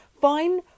Fine